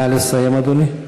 נא לסיים, אדוני.